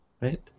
right